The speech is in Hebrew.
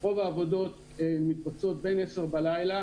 רוב העבודות מתבצעות בין 22:00 בלילה